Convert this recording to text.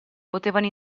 potevano